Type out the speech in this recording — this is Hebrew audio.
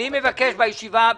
את הישיבה.